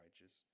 righteous